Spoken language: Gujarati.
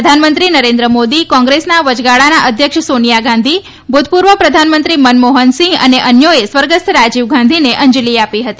પ્રધાનમંત્રી નરેન્દ્ર મોદી કોંગ્રેસના વચગાળાના અધ્યક્ષ સોનીથા ગાંધી ભૂતપૂર્વ પ્રધાનમંત્રી મનમોહનસિંહ અને અન્યોએ સ્વર્ગસ્થ રાજીવ ગાંધીને અંજલી આપી હતી